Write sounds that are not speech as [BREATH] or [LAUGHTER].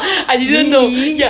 [BREATH] really